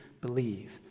believe